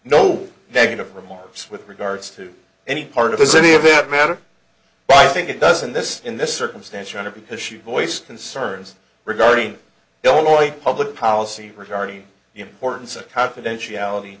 no negative remarks with regards to any part of this any of it matter but i think it does in this in this circumstance under because she voiced concerns regarding illinois public policy regarding the importance of confidentiality